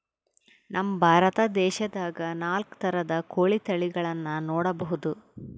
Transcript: ನಮ್ ಭಾರತ ದೇಶದಾಗ್ ನಾಲ್ಕ್ ಥರದ್ ಕೋಳಿ ತಳಿಗಳನ್ನ ನೋಡಬಹುದ್